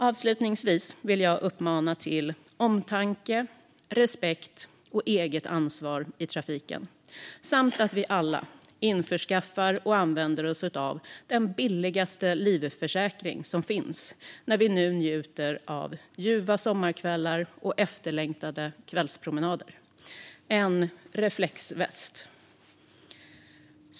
Avslutningsvis vill jag uppmana till omtanke, respekt och eget ansvar i trafiken samt till att vi alla införskaffar och använder oss av den billigaste livförsäkring som finns när vi nu njuter av ljuva sommarkvällar och efterlängtade kvällspromenader: en reflexväst.